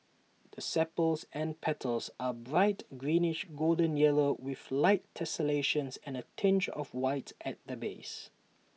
the sepals and petals are bright greenish golden yellow with light tessellations and A tinge of white at the base